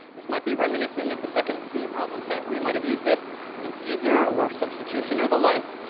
this might be reminiscent of the second c problem set, where you might have used this in caesar, or substitution, or the like.